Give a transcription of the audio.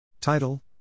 Title